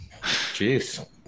Jeez